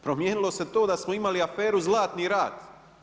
Promijenilo se to da smo imali aferu Zlatni rat.